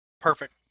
Perfect